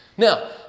Now